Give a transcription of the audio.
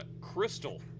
Crystal